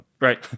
Right